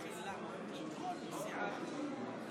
תוצאות ההצבעה על ההצעה להביע אי-אמון בממשלה של סיעת המחנה הממלכתי: